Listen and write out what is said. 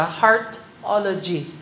heartology